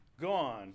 gone